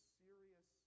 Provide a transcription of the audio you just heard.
serious